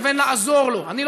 ואם תישלל האזרחות לגרש אותו שוב?